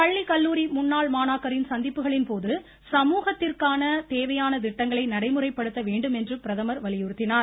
பள்ளி கல்லூரி முன்னாள் மாணாக்கரின் சந்திப்புகளின்போது சமூகத்திற்கான தேவையான திட்டங்களை நடைமுறைப்படுத்த வேண்டும் என்று பிரதமர் வலியுறுத்தினார்